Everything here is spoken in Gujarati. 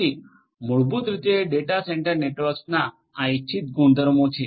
તેથી મૂળભૂત રીતે આ ડેટા સેન્ટર નેટવર્ક્સના આ ઇચ્છિત ગુણધર્મો છે